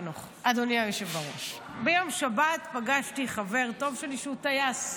חנוך אדוני היושב-ראש: ביום שבת פגשתי חבר טוב שלי שהוא טייס,